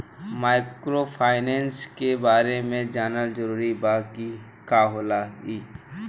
Microfinance के बारे में जानल जरूरी बा की का होला ई?